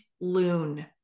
loon